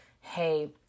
Hey